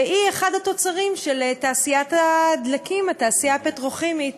ואני כחבר הכנסת יושב-ראש ועדת העבודה והרווחה והבריאות שעושה